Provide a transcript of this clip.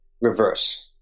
reverse